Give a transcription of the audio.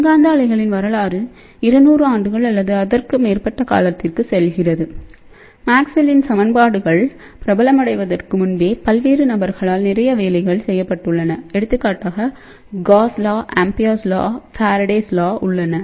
மின்காந்த அலைகளின் வரலாறு 200 ஆண்டுகள் அல்லது அதற்கு மேற்பட்ட காலத்திற்கு செல்கிறது மேக்ஸ்வெல்லின் சமன்பாடுகள் Maxwells equations பிரபலமடைவதற்கு முன்பே பல்வேறு நபர்களால் நிறைய வேலைகள் செய்யப்பட்டுள்ளன எடுத்துக்காட்டாக காஸ் சட்டம் ஆம்பியரின் சட்டம் Amperes Law ஃபாரடேயின் சட்டம் Faradays law உள்ளன